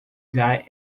die